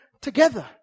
together